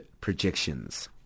Projections